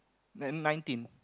then nineteen